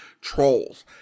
Trolls